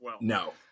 no